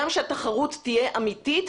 גם שהתחרות תהיה אמיתית,